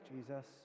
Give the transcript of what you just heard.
Jesus